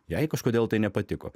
jai kažkodėl tai nepatiko